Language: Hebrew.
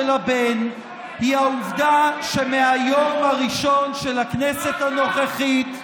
הבן היא העובדה שמהיום הראשון של הכנסת הנוכחית,